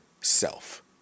self